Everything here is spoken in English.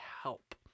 help